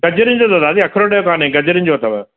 गजरिन जो अथव दादी अखरोट जो काने गजरिन जो अथव